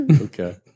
okay